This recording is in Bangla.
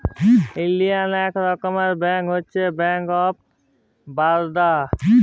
ইলডিয়াল ইক রকমের ব্যাংক হছে ব্যাংক অফ বারদা